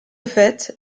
fait